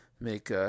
make